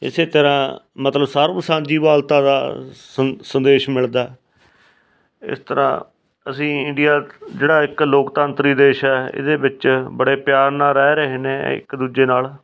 ਇਸੇ ਤਰ੍ਹਾਂ ਮਤਲਬ ਸਰਬ ਸਾਂਝੀਵਾਲਤਾ ਦਾ ਸੰ ਸੰਦੇਸ਼ ਮਿਲਦਾ ਇਸ ਤਰ੍ਹਾਂ ਅਸੀਂ ਇੰਡੀਆ ਜਿਹੜਾ ਇੱਕ ਲੋਕਤੰਤਰੀ ਦੇਸ਼ ਹੈ ਇਹਦੇ ਵਿੱਚ ਬੜੇ ਪਿਆਰ ਨਾਲ ਰਹਿ ਰਹੇ ਨੇ ਇੱਕ ਦੂਜੇ ਨਾਲ